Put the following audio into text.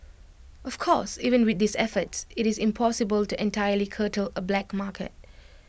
of course even with these efforts IT is impossible to entirely curtail A black market